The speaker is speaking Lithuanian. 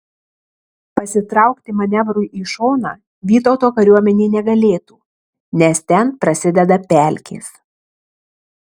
pasitraukti manevrui į šoną vytauto kariuomenė negalėtų nes ten prasideda pelkės